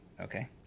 Okay